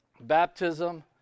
Baptism